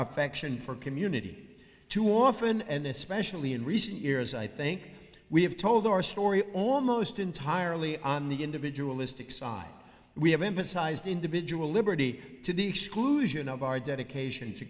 affection for community too often and especially in recent years i think we have told our story almost entirely on the individual istic side we have emphasized individual liberty to the exclusion of our dedication to